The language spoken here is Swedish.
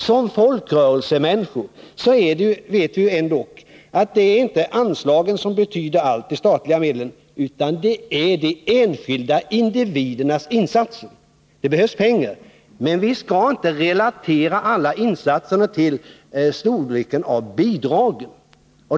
Som folkrörelsemänniskor vet vi ju ändock att anslagen, de statliga medlen, inte betyder allt, utan att det viktigaste är de enskilda individernas insatser. Det behövs pengar, men vi skall inte relatera alla insatser till bidragens storlek.